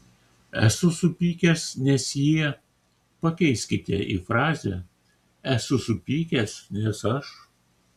esu supykęs nes jie pakeiskite į frazę esu supykęs nes aš